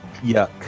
yuck